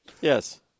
yes